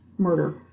Murder